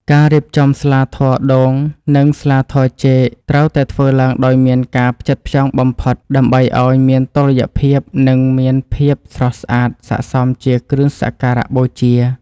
ការរៀបចំស្លាធម៌ដូង និងស្លាធម៌ចេកត្រូវតែធ្វើឡើងដោយមានការផ្ចិតផ្ចង់បំផុត ដើម្បីឱ្យមានតុល្យភាពនិងមានភាពស្រស់ស្អាតស័ក្តិសមជាគ្រឿងសក្ការបូជា។